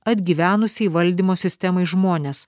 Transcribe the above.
atgyvenusiai valdymo sistemai žmones